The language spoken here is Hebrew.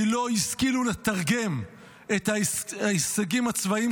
כי לא השכילו לתרגם את ההישגים הצבאיים